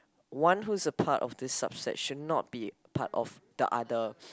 one who is a part of this subset should not be a part of the other